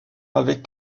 avec